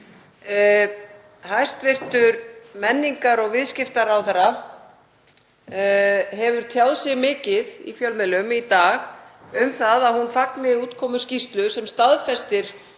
Hæstv. menningar- og viðskiptaráðherra hefur tjáð sig mikið í fjölmiðlum í dag um að hún fagni útkomu skýrslu sem staðfestir